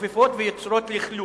מתעופפות ויוצרות לכלוך.